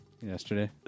Yesterday